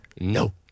No